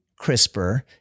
CRISPR